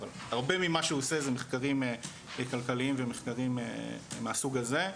אבל הרבה ממה שהוא עושה זה מחקרים כלכליים ומחקרים מהסוג הזה.